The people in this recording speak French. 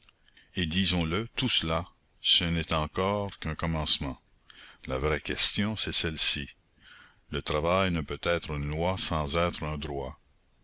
et disons-le tout cela ce n'est encore qu'un commencement la vraie question c'est celle-ci le travail ne peut être une loi sans être un droit